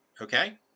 okay